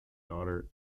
daughter